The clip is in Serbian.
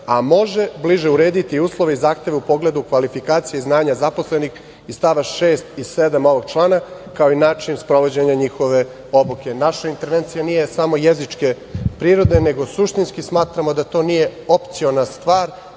a može bliže urediti uslove i zahteve u pogledu kvalifikacije i znanja zaposlenih iz stava 6. i 7. ovog člana, kao i način sprovođenja njihove obuke. Naša intervencija nije samo jezičke prirode, nego suštinski, smatramo da to nije opciona stvar,